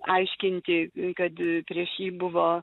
aiškinti kad prieš jį buvo